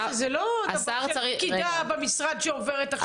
זו לא פקידה במשרד שעוברת תפקיד.